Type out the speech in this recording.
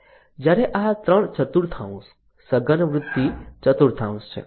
જ્યારે આ 3 ચતુર્થાંશ સઘન વૃદ્ધિ ચતુર્થાંશ છે